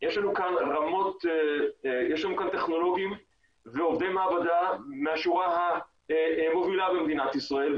יש לנו כאן טכנולוגים ועובדי מעבדה מהשורה המובילה במדינת ישראל,